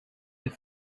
you